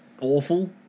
awful